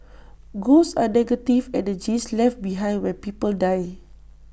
ghosts are negative energies left behind when people die